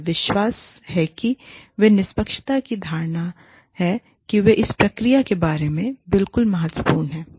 विश्वास है कि वे निष्पक्षता की धारणा है कि वे इस प्रक्रिया के बारे में है बिल्कुल महत्वपूर्ण है